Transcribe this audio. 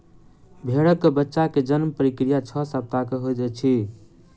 भेड़क बच्चा के जन्म प्रक्रिया छह सप्ताह के होइत अछि